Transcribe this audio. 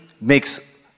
makes